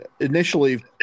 initially